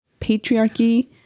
patriarchy